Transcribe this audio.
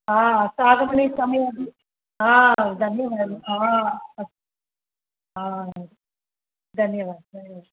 सा आगमनसमये अपि धन्यवादः धन्यवादः धन्यवादः